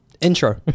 Intro